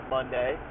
Monday